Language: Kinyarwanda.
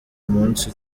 umunsi